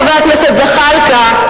חבר הכנסת זחאלקה,